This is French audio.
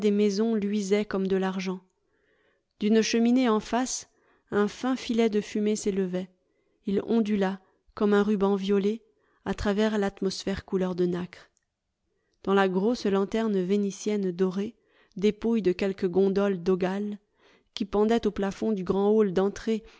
luisaient comme de l'argent d'une cheminée en face un fin filet de fumée s'élevait il ondula comme un ruban violet à travers l'atmosphère couleur de nacre dans la grosse lanterne vénitienne dorée dépouille de quelque gondole dogale qui pendait au plafond du grand hall d'entrée